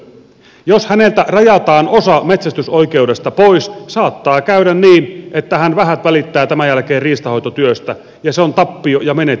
jos häneltä rajataan osa metsästysoikeudesta pois saattaa käydä niin että hän vähät välittää tämän jälkeen riistanhoitotyöstä ja se on tappio ja menetys yhteiskunnalle